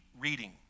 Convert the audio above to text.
reading